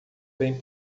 bem